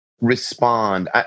respond